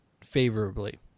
favorably